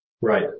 Right